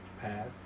pass